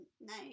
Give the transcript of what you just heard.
No